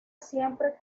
siempre